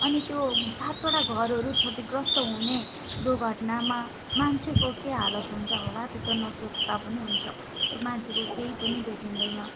अनि त्यो सातवटा घरहरू क्षतिग्रस्त हुने दुर्घटनामा मान्छेको के हालत हुन्छ होला त्यो त नसोच्दा पनि हुन्छ त्यो मान्छेको केही पनि भेटिँदैन